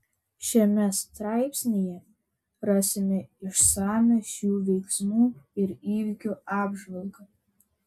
šiame straipsnyje rasime išsamią šių veiksmų ir įvykių apžvalgą